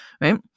Right